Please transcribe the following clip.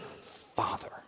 father